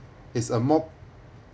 it's a more